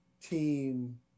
team